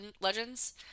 Legends